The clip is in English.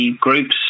groups